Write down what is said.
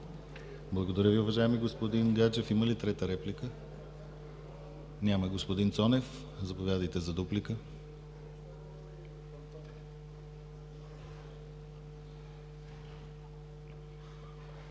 Благодаря Ви, уважаеми господин Гаджев. Има ли трета реплика? Няма. Господин Цонев, заповядайте за дуплика.